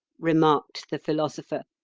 remarked the philosopher,